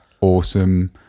awesome